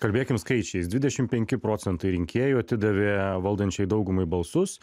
kalbėkim skaičiais dvidešimt penki procentai rinkėjų atidavė valdančiai daugumai balsus